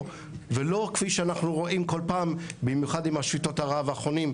ולא כפי שאנחנו רואים כל פעם במיוחד עם שביתות הרעב האחרונות,